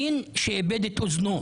מבחינת איכות האנשים.